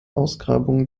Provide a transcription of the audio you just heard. ausgrabungen